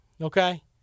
Okay